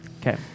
Okay